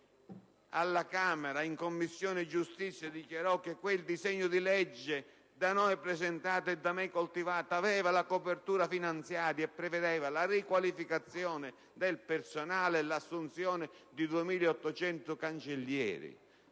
alla Camera, in Commissione giustizia, che quel disegno di legge da noi presentato e da me coltivato aveva la copertura finanziaria e prevedeva la riqualificazione del personale e l'assunzione di 2.800 cancellieri.